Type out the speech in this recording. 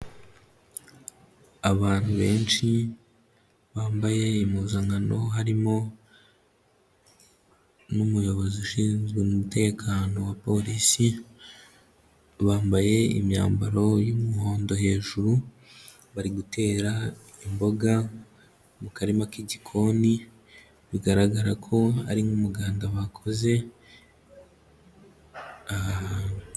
Abantu benshi bambaye impuzankano, harimo n'umuyobozi ushinzwe umutekano wa polisi, bambaye imyambaro y'umuhondo hejuru, bari gutera imboga mu karima k'igikoni bigaragara ko ari nk'umuganda bakoze aha hantu.